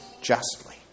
justly